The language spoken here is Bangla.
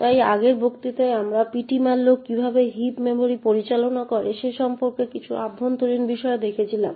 তাই আগের বক্তৃতায় আমরা ptmalloc কীভাবে হিপ মেমরি পরিচালনা করে সে সম্পর্কে কিছু অভ্যন্তরীণ বিষয় দেখেছিলাম